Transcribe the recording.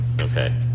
Okay